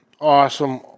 Awesome